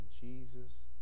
Jesus